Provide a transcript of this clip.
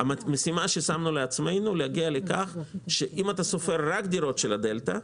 המשימה ששמנו לעצמנו היא להגיע לכך שאם אתה סופר רק דירות של הדלתא,